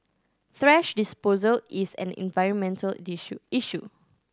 thrash disposal is an environmental issue